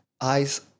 eyes